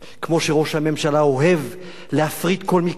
כמו שראש הממשלה אוהב להפריט כל מקרה.